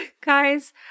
Guys